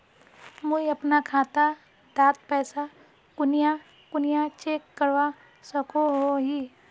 मुई अपना खाता डात पैसा कुनियाँ कुनियाँ चेक करवा सकोहो ही?